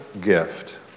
gift